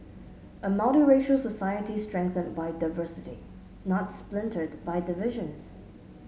a multiracial society strengthened by diversity not splintered by divisions